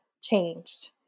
changed